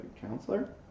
counselor